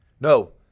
No